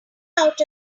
out